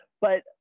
But-